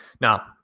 Now